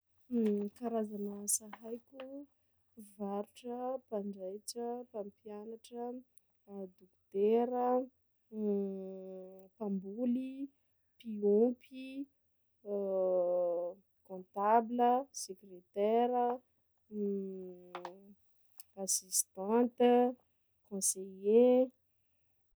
Karazana asa haiko: mivarotra, mpandraitsa, mpampianatra, dokotera, mpamboly, mpiômpy, comptable, civiliteur, assistante, conseiller.